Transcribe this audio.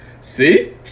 See